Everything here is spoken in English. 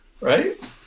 right